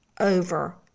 over